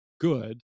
good